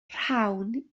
rhawn